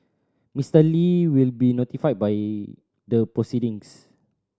Mister Li will be notified by the proceedings